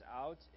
out